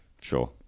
sure